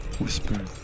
whisper